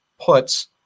puts